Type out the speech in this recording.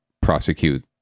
prosecute